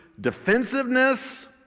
defensiveness